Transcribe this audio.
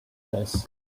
this